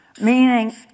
meaning